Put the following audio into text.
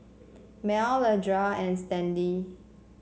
Mel Leandra and Stanley